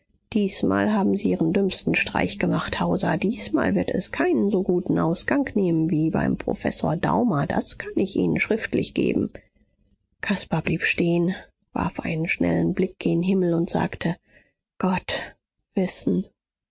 diesmal haben sie ihren dümmsten streich gemacht hauser diesmal wird es keinen so guten ausgang nehmen wie beim professor daumer das kann ich ihnen schriftlich geben caspar blieb stehen warf einen schnellen blick gen himmel und sagte gott wissen